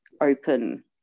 open